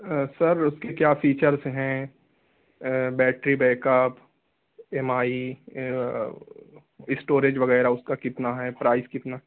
سر اس کے کیا فیچرس ہیں battery backup M I storage وغیرہ اس کا کتنا ہے پرائس کتنا